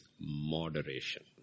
moderation